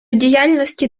діяльності